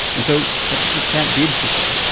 and so that's what the chat did, she said.